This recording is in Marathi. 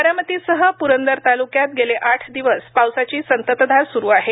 बारामतीसह पुरंदर तालुक्यात गेले आठ दिवस पावसाची संततधार सुरू आहे